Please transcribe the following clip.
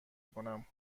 کنم